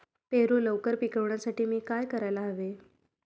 पेरू लवकर पिकवण्यासाठी मी काय करायला हवे?